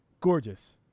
Gorgeous